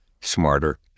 smarter